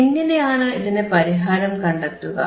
എങ്ങനെയാണ് ഇതിന് പരിഹാരം കണ്ടെത്തുക